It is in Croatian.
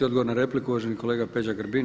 Odgovor na repliku, uvaženi kolega Peđa Grbin.